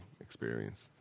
experience